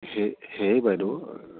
সেই সেয়ে বাইদেউ